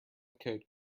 coat